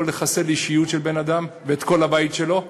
יכול לחסל אישיות של בן-אדם ואת כל הבית שלו.